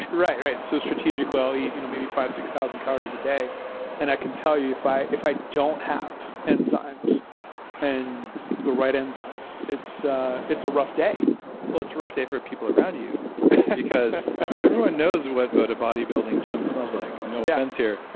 right? right. right. so, strategically i'll eat you know maybe five, six thousand calories a day and i can tell you, if i if i don't have enzymes and the right enzymes, it's a it's a rough day well, it's a rough day for people around you because everyone knows what a body building gym smells like, no offense here,